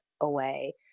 away